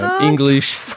English